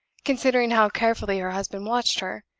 considering how carefully her husband watched her,